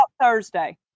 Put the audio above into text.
Thursday